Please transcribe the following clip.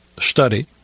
study